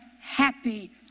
happy